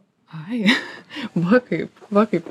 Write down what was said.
ai va kaip va kaip